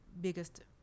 biggest